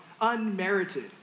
unmerited